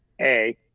A-